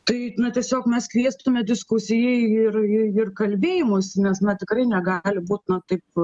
tai tiesiog mes kviestume diskusijai ir ir kalbėjimosi nes na tikrai negali būt na taip